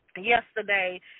yesterday